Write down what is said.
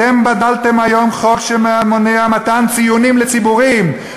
אתם ביטלתם היום חוק שמונע מתן ציונים לציבורים.